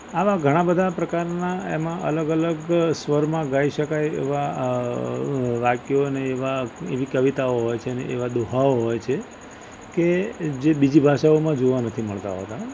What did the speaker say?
આવા ઘણા બધા પ્રકારનાં એમાં અલગ અલગ સ્વરમાં ગાઈ શકાય એવા વાક્યો અને એવાં એવી કવિતાઓ હોય છે અને એવા દોહાઓ હોય છે કે જે બીજી ભાષાઓમાં જોવા નથી મળતા હોતા